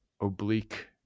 oblique